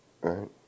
right